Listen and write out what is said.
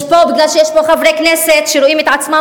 בגלל שיש פה חברי כנסת שרואים עצמם